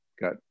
got